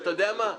ואתה יודע מה,